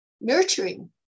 nurturing